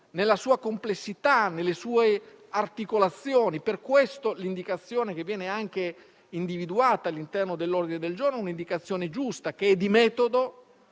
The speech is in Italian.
nella sua complessità e nelle sue articolazioni. Per questo, l'indicazione individuata all'interno dell'ordine del giorno è un'indicazione giusta, che è di metodo,